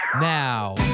Now